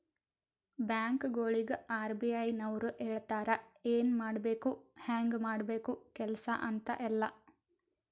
ಬ್ಯಾಂಕ್ಗೊಳಿಗ್ ಆರ್.ಬಿ.ಐ ನವ್ರು ಹೇಳ್ತಾರ ಎನ್ ಮಾಡ್ಬೇಕು ಹ್ಯಾಂಗ್ ಮಾಡ್ಬೇಕು ಕೆಲ್ಸಾ ಅಂತ್ ಎಲ್ಲಾ